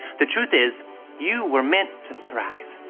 the truth is you were meant to thrive.